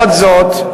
למרות זאת,